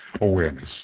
awareness